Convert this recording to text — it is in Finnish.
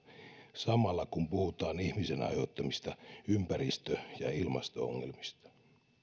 samalla kun puhutaan ihmisen aiheuttamista ympäristö ja ilmasto ongelmista